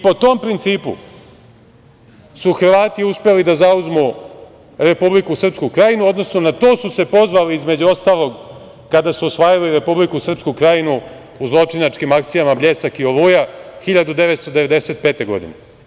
Po tom principu su Hrvati uspeli da zauzmu Republiku srpsku Krajinu, u odnosu na to su se pozvali između ostalog kada su osvajali Republiku srpsku Krajinu u zločinačkim akcijama „Bljesak“ i „Oluja“ 1995. godine.